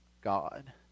God